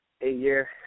eight-year